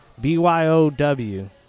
B-Y-O-W